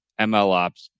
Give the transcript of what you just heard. MLOps